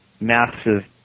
massive